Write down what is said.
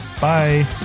bye